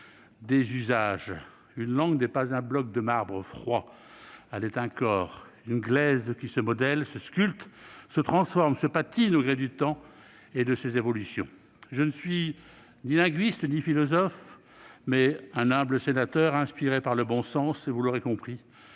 des usages. Une langue n'est pas un bloc de marbre froid. Elle est un corps, une glaise qui se modèle, se sculpte, se transforme, se patine au gré du temps et de ses évolutions. Je ne suis ni linguiste ni philosophe. Je suis un humble sénateur inspiré par le bon sens. Vous l'aurez compris,